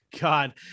God